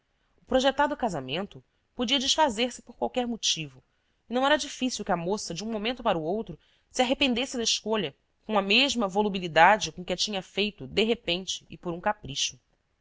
projetado casamento podia desfazer-se por qualquer motivo e não era difícil que a moça de um momento para outro se arrependesse da escolha com a mesma volubilidade com que a tinha feito de repente e por um capricho